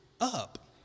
up